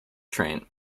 train